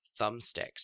thumbsticks